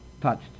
touched